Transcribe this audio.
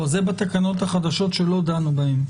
לא, זה בתקנות החדשות שלא דנו בהן.